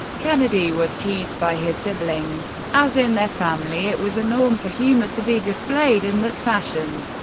kennedy was teased by his siblings, as in their family it was a norm for humor to be displayed in that fashion.